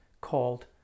called